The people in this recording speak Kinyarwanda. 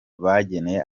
bageneye